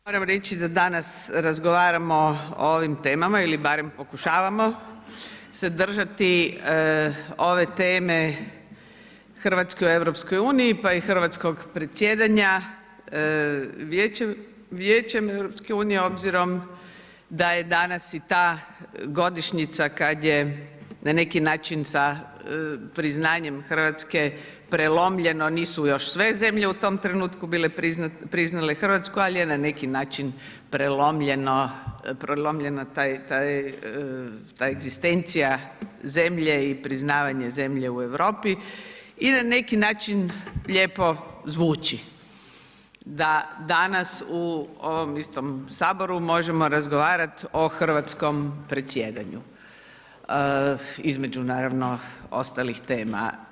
Moram reći da danas razgovaramo o ovim temama ili barem pokušavamo se držati ove teme RH u EU, pa i hrvatskog predsjedanja Vijećem, Vijećem EU obzirom da je danas i ta godišnjica kad je na neki način sa priznanjem RH prelomljeno, nisu još sve zemlje u tom trenutku bile priznale RH, al je na neki način prelomljeno prelomljena taj, ta egzistencija zemlje i priznavanje zemlje u Europi i na neki način lijepo zvuči da danas u ovom istom saboru možemo razgovarati o hrvatskom predsjedanju, između naravno ostalih tema.